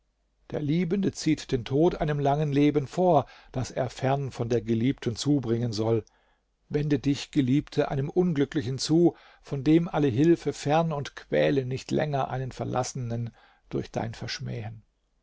der liebende zieht den tod einem langen leben vor das er fern von der geliebten zubringen soll wende dich geliebte einem unglücklichen zu von dem alle hilfe fern und quäle nicht länger einen verlassenen durch dein verschmähen